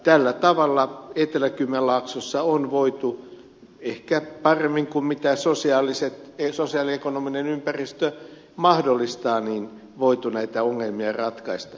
tällä tavalla etelä kymenlaaksossa on voitu ehkä paremmin kuin sosioekonominen ympäristö mahdollistaa näitä ongelmia ratkaista